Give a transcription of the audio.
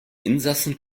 insassen